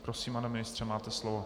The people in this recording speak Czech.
Prosím, pane ministře, máte slovo.